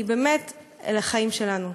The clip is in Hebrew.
כי באמת אלה החיים שלנו.